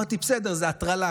ואמרתי: בסדר, זה הטרלה.